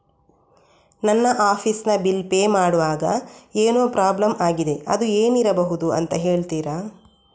ನನ್ನ ಆಫೀಸ್ ನ bill pay ಮಾಡ್ವಾಗ ಏನೋ ಪ್ರಾಬ್ಲಮ್ ಆಗಿದೆ ಅದು ಏನಿರಬಹುದು ಅಂತ ಹೇಳ್ತೀರಾ?